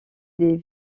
des